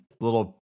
little